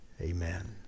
Amen